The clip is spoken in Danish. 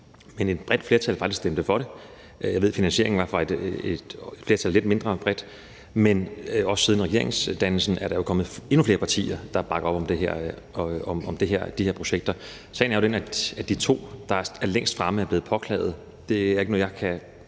men et bredt flertal stemte faktisk for det. Jeg ved, at der var et lidt mindre bredt flertal bag finansieringen. Men siden regeringsdannelsen er der jo også kommet endnu flere partier, der bakker op om de her projekter. Sagen er jo den, at de to, der er længst fremme, er blevet påklaget. Det er jo ikke noget, jeg kan